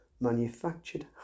manufactured